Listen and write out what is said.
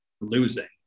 losing